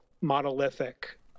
monolithic